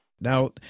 Now